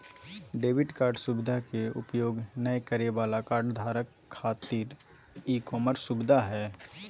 debit card सुवधा के उपयोग नय करे वाला कार्डधारक खातिर ई कॉमर्स सुविधा हइ